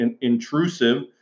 intrusive